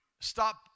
stop